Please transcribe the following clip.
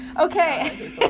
Okay